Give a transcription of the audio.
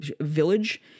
village